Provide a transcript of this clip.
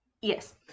Yes